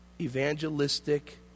evangelistic